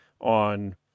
on